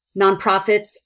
nonprofits